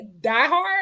diehard